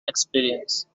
experience